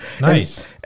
Nice